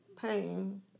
pain